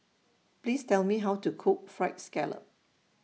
Please Tell Me How to Cook Fried Scallop